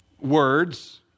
words